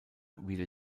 wieder